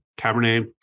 Cabernet